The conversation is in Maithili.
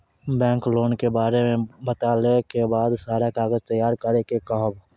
बैंक लोन के बारे मे बतेला के बाद सारा कागज तैयार करे के कहब?